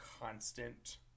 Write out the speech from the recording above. constant